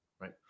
right